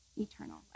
eternal